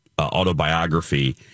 autobiography